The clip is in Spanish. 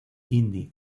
indie